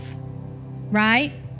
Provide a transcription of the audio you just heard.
right